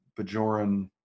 Bajoran